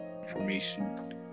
Information